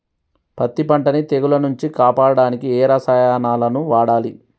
పత్తి పంటని తెగుల నుంచి కాపాడడానికి ఏ రసాయనాలను వాడాలి?